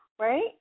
right